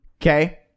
Okay